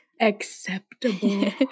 Acceptable